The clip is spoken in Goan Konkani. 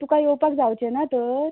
तुका येवपाक जावचें ना तर